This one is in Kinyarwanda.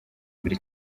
mbere